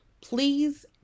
please